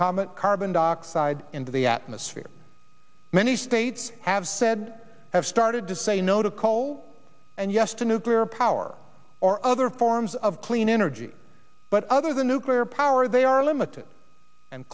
comet carbon dioxide into the atmosphere many states have said have started to say no to coal and yes to nuclear power or other forms of clean energy but other than nuclear power they are limited and